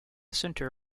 center